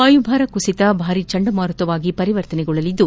ವಾಯುಭಾರ ಕುಸಿತ ಭಾರಿ ಚಂಡಮಾರುತವಾಗಿ ಪರಿವರ್ತನೆಗೊಳ್ಳಲಿದ್ದು